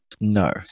No